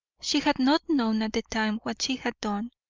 she had not known at the time what she had done,